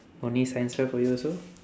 only science fair for you also